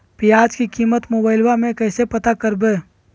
प्याज की कीमत मोबाइल में कैसे पता करबै?